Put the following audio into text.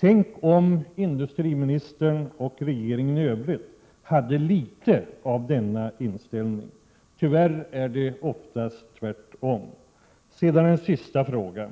Tänk om industriministern och regeringen i övrigt hade litet av denna inställning! Tyvärr är det oftast tvärtom! Jag vill ställa ytterligare en fråga: